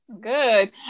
good